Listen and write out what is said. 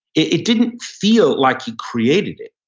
it it didn't feel like he created it.